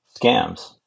scams